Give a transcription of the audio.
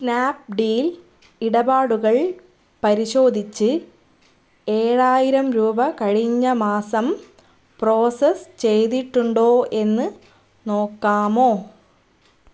Snapdeal ഇടപാടുകൾ പരിശോധിച്ച് ഏഴായിരം രൂപ കഴിഞ്ഞ മാസം പ്രോസസ്സ് ചെയ്തിട്ടുണ്ടോ എന്ന് നോക്കാമോ